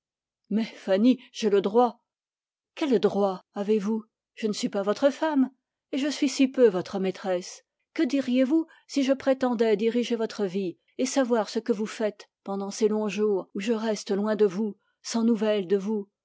fanny j'ai le droit quel droit avez-vous je ne suis pas votre femme et je suis si peu votre maîtresse que diriez-vous si je prétendais diriger votre vie et savoir ce que vous faites pendant ces longs jours où je reste loin de vous sans nouvelles de vous